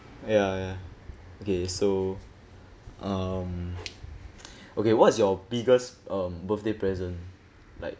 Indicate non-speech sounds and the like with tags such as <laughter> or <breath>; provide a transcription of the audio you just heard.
ya ya okay so um <breath> okay what is your biggest um birthday present like